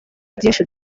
byinshi